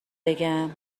بگم